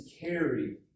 carry